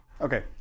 Okay